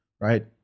right